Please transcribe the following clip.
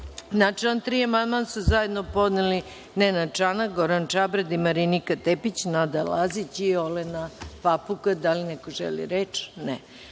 član 3. amandman su zajedno podneli Nenad Čanak, Goran Čabradi, Marinika Tepić, Nada Lazić i Olena Papuga. Da li neko želi reč?